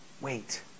Wait